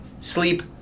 sleep